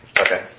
Okay